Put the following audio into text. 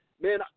man